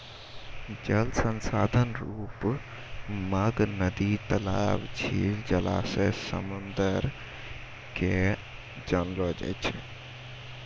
जल संसाधन रुप मग नदी, तलाब, झील, जलासय, समुन्द के जानलो जाय छै